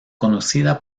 conocida